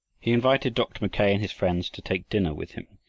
he invited dr. mackay and his friends to take dinner with him.